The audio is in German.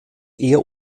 eher